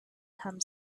come